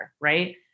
right